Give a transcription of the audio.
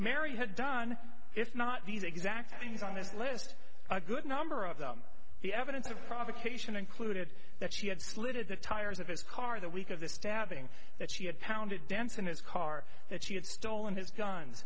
mary had done if not these exact things on this list a good number of them the evidence of provocation included that she had slid of the tires of his car the week of the stabbing that she had pounded dents in his car that she had stolen his